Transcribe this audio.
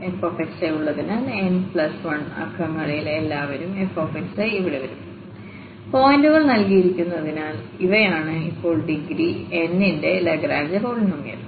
f ഉള്ളതിനാൽ n1 അക്കങ്ങളിൽ എല്ലാവരുംf ഇവിടെ വരും പോയിന്റുകൾ നൽകിയിരിക്കുന്നതിനാൽ ഇവയാണ് ഇപ്പോൾ ഡിഗ്രി n ന്റെ ലഗ്രാഞ്ച് പോളിനോമിയൽ